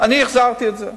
ואני החזרתי את זה,